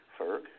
Ferg